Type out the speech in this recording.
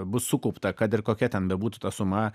bus sukaupta kad ir kokia ten bebūtų ta suma